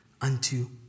unto